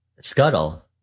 Scuttle